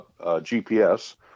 GPS